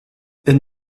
elles